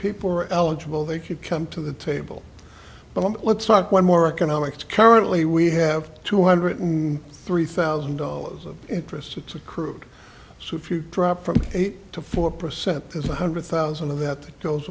people are eligible they could come to the table but let's talk one more economics currently we have two hundred three thousand dollars of interest it's a crude so if you drop from eight to four percent there's one hundred thousand of that goes